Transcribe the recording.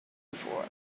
before